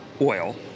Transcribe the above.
oil